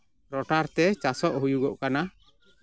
ᱨᱚᱴᱟᱨ ᱛᱮ ᱪᱟᱥᱚᱜ ᱦᱩᱭᱩᱜᱚᱜ ᱠᱟᱱᱟ